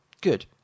good